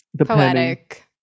Poetic